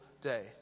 day